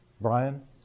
Brian